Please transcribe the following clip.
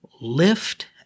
lift